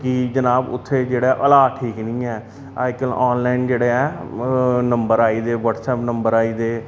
कि जनाब उत्थै जेह्ड़े हलात ठीक निं ऐ अज्जकल आनलाइन जेह्ड़े ऐ नम्बर आई गेदे वाटसऐप नम्बर आई गेदे वाटसऐप नम्बर आई गेदे